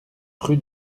rue